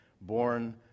born